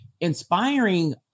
inspiring